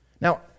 Now